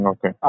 Okay